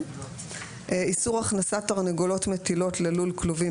26. איסור הכנסת תרנגולות מטילות ללול כלובים.